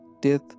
death